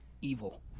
evil